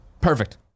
perfect